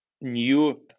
new